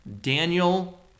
Daniel